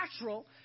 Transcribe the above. natural